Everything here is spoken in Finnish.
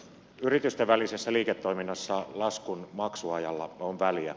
yritysten välisessä liiketoiminnassa laskun maksuajalla on väliä